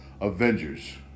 Avengers